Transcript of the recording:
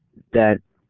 that